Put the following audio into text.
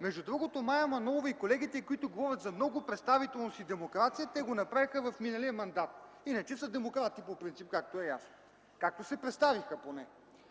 Между другото, Мая Манолова и колегите й, които говорят за много представителност и демокрация, го направиха в миналия мандат. Иначе са демократи по принцип, както е ясно, както се представиха поне.